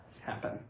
happen